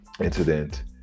incident